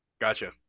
Gotcha